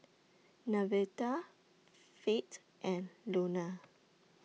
Nevada Fate and Lona